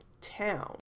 town